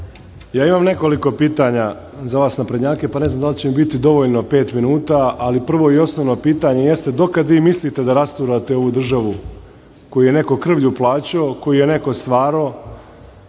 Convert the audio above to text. Ja imam nekoliko pitanja za vas naprednjake, pa ne znam da li će mi biti dovoljno pet minuta, ali prvo i osnovno pitanje jeste – do kada vi mislite da rasturate ovu državu koju je neko krvlju plaćao, koju je neko stvarao,